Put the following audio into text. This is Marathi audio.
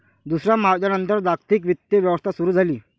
दुसऱ्या महायुद्धानंतर जागतिक वित्तीय व्यवस्था सुरू झाली